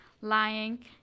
lying